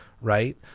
right